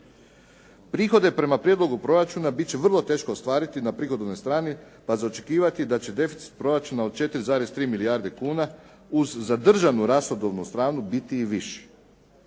Prihode prema prijedlogu proračuna bit će vrlo teško ostvariti na prihodovnoj strani pa za očekivati da će deficit proračuna od 4,3 milijarde kuna, uz zadržanu rashodovanu stranu biti i viši.